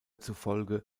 zufolge